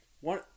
one